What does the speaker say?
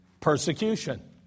Persecution